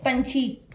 ਪੰਛੀ